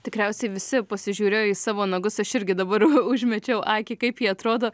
tikriausiai visi pasižiūrėjo į savo nagus aš irgi dabar užmečiau akį kaip jie atrodo